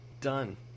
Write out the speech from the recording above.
done